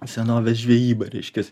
senovės žvejyba reiškias